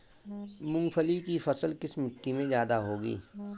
मूंगफली की फसल किस मिट्टी में ज्यादा होगी?